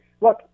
Look